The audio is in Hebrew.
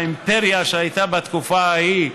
האימפריה שהייתה בתקופה ההיא,